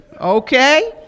okay